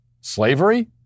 Slavery